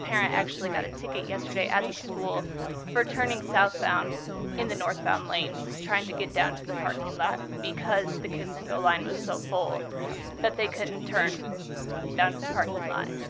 parent actually got a ticket yesterday at the school for turning southbound in the northbound lanes trying to get down to the parking lot because the kiss and go line was so full that they couldn't turn down to the parking lot.